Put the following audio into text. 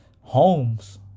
homes